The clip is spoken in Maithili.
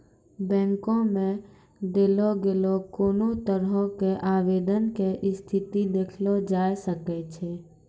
बैंको मे देलो गेलो कोनो तरहो के आवेदन के स्थिति देखलो जाय सकै छै